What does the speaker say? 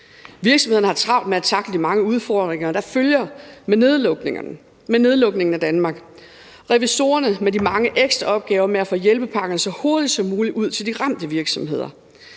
Virksomhederne har travlt med at tackle de mange udfordringer, der følger med nedlukningen af Danmark, revisorerne med de mange ekstraopgaver med at få hjælpepakkerne så hurtigt som muligt ud at virke for de ramte virksomheder.